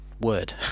Word